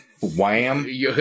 Wham